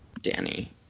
Danny